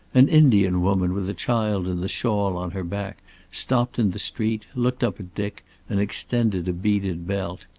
an indian woman with a child in the shawl on her back stopped in the street, looked up at dick and extended a beaded belt.